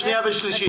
שנייה ושלישית.